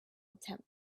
attempt